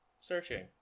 Searching